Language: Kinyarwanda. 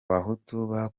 bakuwe